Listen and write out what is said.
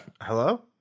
Hello